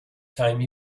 time